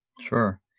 Sure